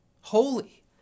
holy